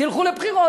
תלכו לבחירות.